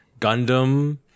Gundam